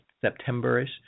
September-ish